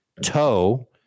Toe